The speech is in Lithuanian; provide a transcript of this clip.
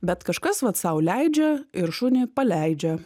bet kažkas vat sau leidžia ir šunį paleidžia